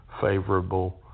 favorable